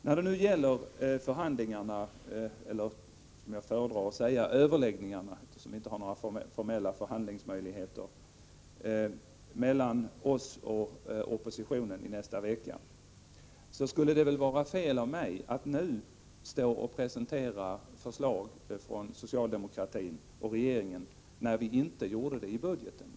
När det nu gäller förhandlingarna, eller som jag föredrar att säga överläggningarna, eftersom vi inte har formella förhandlingsmöjligheter, mellan oss och oppositionen i nästa vecka, skulle det vara fel av mig att nu presentera förslag från socialdemokratin och regeringen, när vi inte gjort detta i budgeten.